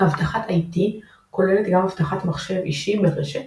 אבטחת IT הכוללת גם אבטחת מחשב אישי ברשת